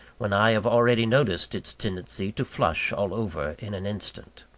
when i have already noticed its tendency to flush all over in an instant.